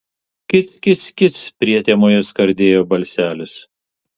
kic kic kic prietemoje skardėjo balselis